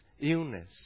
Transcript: illness